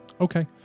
Okay